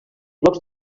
blocs